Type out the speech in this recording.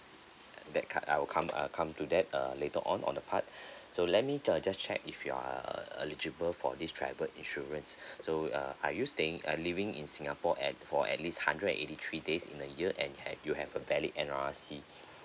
that co~ I will come uh come to that uh later on on the part so let me uh just check if you are uh eligible for this travel insurance so uh are you staying uh living in singapore at for at least hundred and eighty three days in a year and ha~ you have a valid N_R_I_C